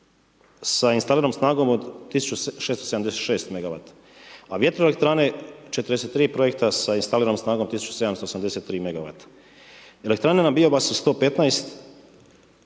sa instaliranom snagom od 1.676 megawata, a vjetroelektrane 43 projekta sa instaliranom snagom 1.783 megawata. Elektrana na biomasu 115